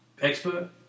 expert